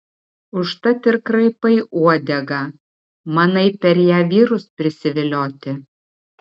užtat ir kraipai uodegą manai per ją vyrus prisivilioti